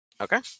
Okay